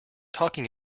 talking